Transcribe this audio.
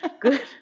good